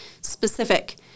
Specific